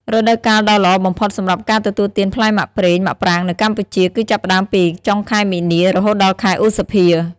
រដូវកាលដ៏ល្អបំផុតសម្រាប់ការទទួលទានផ្លែមាក់ប្រេងមាក់ប្រាងនៅកម្ពុជា គឺចាប់ផ្ដើមពី ចុងខែមីនា រហូតដល់ខែឧសភា។